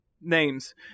names